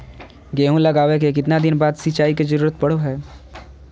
गेहूं लगावे के कितना दिन बाद सिंचाई के जरूरत पड़ो है?